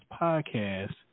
podcast